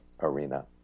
arena